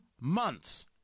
months